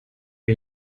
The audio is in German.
wir